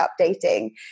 updating